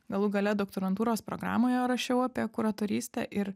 galų gale doktorantūros programoje rašiau apie kuratorystę ir